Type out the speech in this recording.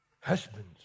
Husbands